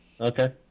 Okay